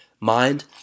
mind